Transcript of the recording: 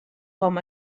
com